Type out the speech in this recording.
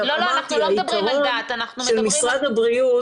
העיקרון של משרד הבריאות